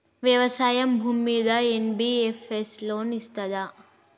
వ్యవసాయం భూమ్మీద NBFS loan ఇస్తదా?